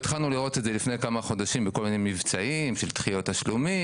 התחלנו לראות את זה לפני כמה חודשים בכל מיני מבצעים של דחיות תשלומים,